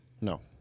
No